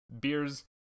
Beers